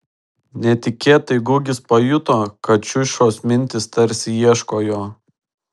netikėtai gugis pajuto kad šiušos mintys tarsi ieško jo